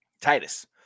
Titus